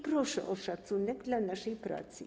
Proszę o szacunek dla naszej pracy.